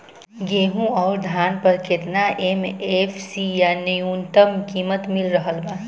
गेहूं अउर धान पर केतना एम.एफ.सी या न्यूनतम कीमत मिल रहल बा?